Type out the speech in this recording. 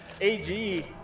AG